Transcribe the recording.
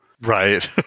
Right